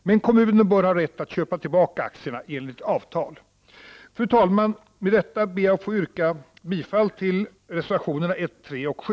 Men kommunen bör ha rätt att köpa tillbaka aktierna enligt avtal. Fru talman! Med detta ber jag att få yrka bifall till reservationerna, 3 och 7.